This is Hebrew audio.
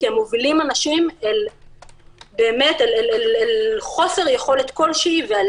כי הם מובילים אנשים באמת אל חוסר יכולת כלשהי ואל